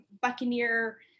buccaneer